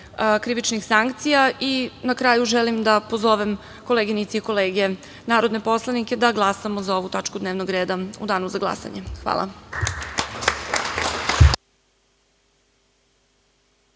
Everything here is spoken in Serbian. krivičnih sankcija i na kraju želim da pozovem koleginice i kolege narodne poslanike da glasamo za ovu tačku dnevnog reda u danu za glasanje. Hvala